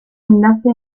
enlace